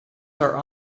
are